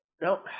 Nope